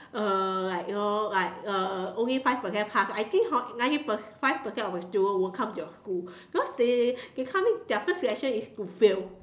uh like you know like uh only five percent pass I think hor ninety per~ five percent of student won't come to your school because they come in their first reaction is to fail